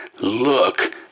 look